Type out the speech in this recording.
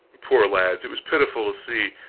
poor lads it was pitiful to see,